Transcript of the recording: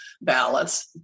ballots